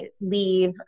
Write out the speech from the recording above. leave